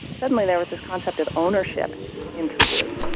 suddenly there was this concept of ownership introduced.